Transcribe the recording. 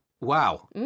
Wow